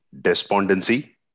despondency